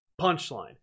Punchline